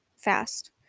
fast